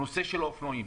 נושא של אופנועים.